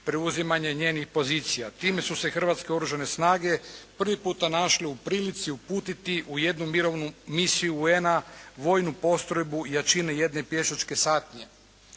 preuzimanje njenih pozicija. Time su se Hrvatske oružane snage prvi puta našle u prilici uputiti u jednu Mirovnu misiju UN-a vojnu postrojbu jačine jedne pješačke satnije.